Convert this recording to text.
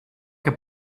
que